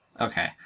Okay